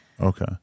Okay